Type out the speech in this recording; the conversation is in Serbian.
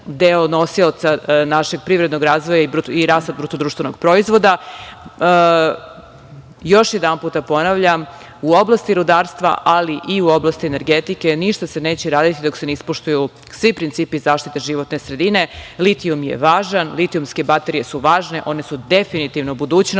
deo nosilaca našeg privrednog razvoja i rasta bruto društvenog proizvoda. Još jedanput ponavljam, u oblasti rudarstva, ali i u oblasti energetike ništa se neće raditi dok se ne ispoštuju svi principi zaštite životne sredine. Litijum je važan, litijumske baterije su važne, one su definitivno budućnost.